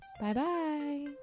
Bye-bye